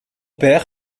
père